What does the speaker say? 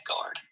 guard